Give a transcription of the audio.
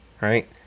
right